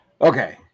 okay